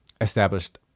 established